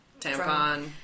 tampon